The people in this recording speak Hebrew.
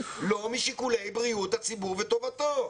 לא משיקולי בריאות הציבור וטובתו.